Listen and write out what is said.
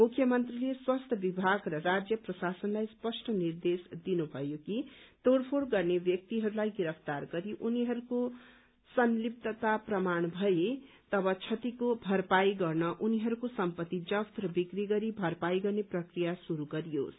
मुख्यमन्त्रीले स्वास्थ्य विभाग र राज्य प्रशासनलाई स्पष्ट निर्देश दिनुभयो कि तोड़फोड़ गर्ने व्यक्तिहरूलाई गिरफ्तार गरी उनीहरूको संग्लिप्ता प्रमाण भए त्यस क्षतिको भरपाई गर्न उनीहरूको सम्पत्ति जफ्त र बिक्री गरी भरपाई गर्ने प्रक्रिया शुरू गरियोस्